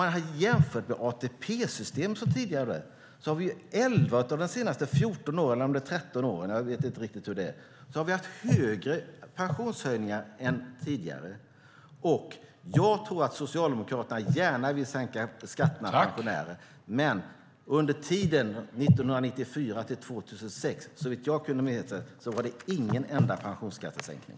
Men jämfört med det tidigare ATP-systemet har vi under 11 av de senaste 13 eller 14 åren haft större pensionshöjningar än tidigare. Jag tror att Socialdemokraterna gärna vill sänka skatterna för pensionärer, men under tiden 1994-2006 var det vad jag kan minnas inte en enda pensionsskattesänkning.